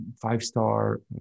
five-star